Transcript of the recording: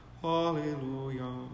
Hallelujah